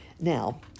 Now